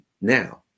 now